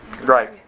Right